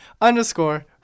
underscore